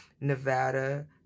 Nevada